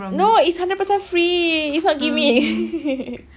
no it's hundred percent free it's not gimmick